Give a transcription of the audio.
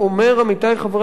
עמיתי חברי הכנסת,